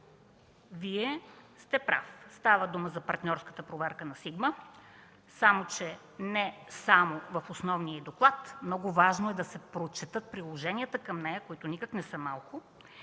Вие сте прав. Става дума за партньорската проверка на „Сигма“, само че не само в основния й доклад, много важно е да се прочетат приложенията към него, които не са никак малко.